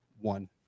one